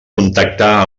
contactar